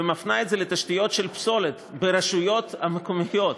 ומפנה את זה לתשתיות של פסולת ברשויות המקומיות,